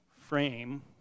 frame